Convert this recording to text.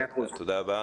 תודה רבה.